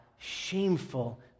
shameful